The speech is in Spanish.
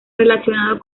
relacionado